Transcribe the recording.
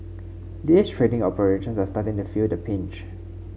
these trading operations are starting to feel the pinch